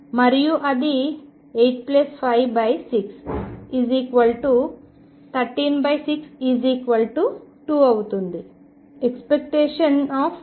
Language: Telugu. మరియు అది 8 56 13 6 2 అవుతుంది